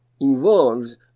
involves